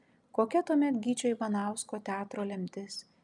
kokia tuomet gyčio ivanausko teatro lemtis